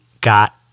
got